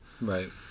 Right